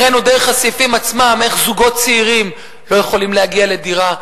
הראינו דרך הסעיפים עצמם איך זוגות צעירים לא יכולים להגיע לדירה,